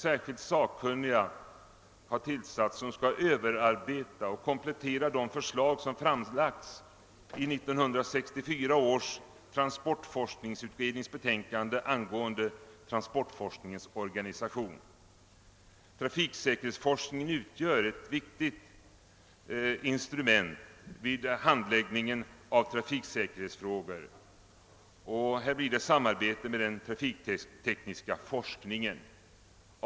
Särskilt sakkunniga skall överarbeta och komplettera de förslag som har framlagts i 1964 års transportforskningsutrednings betänkande angående transportforskningens organisation. Trafiksäkerhetsforskningen utgör ett viktigt instrument vid handläggningen av trafiksäkerhetsfrågor och härvidlag fordras ett samarbete med den trafiktekniska forskningen.